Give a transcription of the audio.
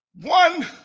one